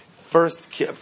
first